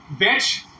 bitch